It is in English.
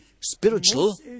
spiritual